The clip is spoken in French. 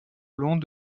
long